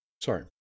sorry